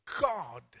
God